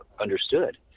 Understood